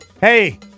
hey